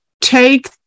take